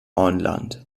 auenland